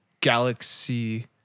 galaxy